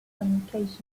communications